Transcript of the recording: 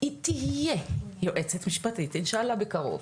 היא תהיה יועצת משפטית אינשאללה בקרוב,